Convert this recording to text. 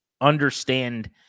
understand